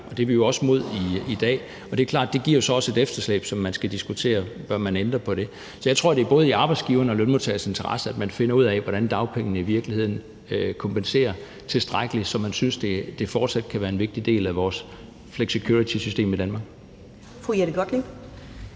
og det er vi også imod i dag. Og det er klart, at det så også giver et efterslæb, som man skal diskutere, om man bør ændre på. Så jeg tror, det er både i arbejdsgivers og lønmodtagers interesse, at man finder ud af, hvordan dagpengene i virkeligheden kompenserer tilstrækkeligt, så det fortsat kan være en vigtig del af vores flexicuritysystem i Danmark.